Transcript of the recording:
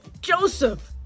Joseph